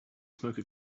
smoker